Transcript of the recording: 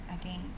again